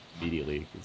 immediately